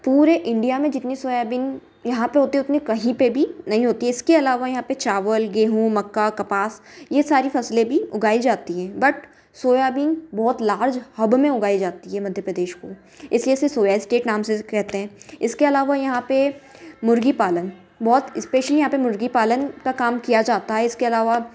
पूरे इंडिया में जितनी सोयाबीन यहाँ पर होती है उतनी कहीं पर भी नहीं होती है इसके अलावा यहाँ पर चावल गेहूं मक्का कपास ये सारी फसलें भी उगाई जाती हैं बट सोयाबीन बहुत लार्ज हब में उगाई जाती है मध्य प्रदेश में इसलिए इसे सोया स्टेट नाम से कहते हैं इसके अलावा यहाँ पर मुर्गी पालन बहुत स्पेशली यहाँ पर मुर्गी पालन का काम किया जाता है इसके अलावा